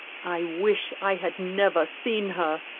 i wish i had never seen her,